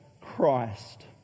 Christ